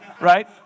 right